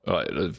Right